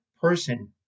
person